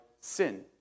sin